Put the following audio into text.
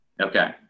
Okay